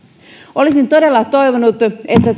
olisin todella toivonut että